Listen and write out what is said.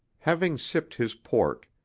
having sipped his port,